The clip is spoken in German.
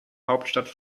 hauptstadt